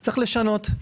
יש לשנות.